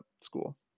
school